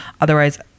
Otherwise